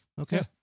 okay